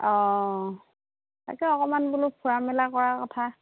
অঁ তাকে অকণমান বোলো ফুৰা মেলা কৰা কথা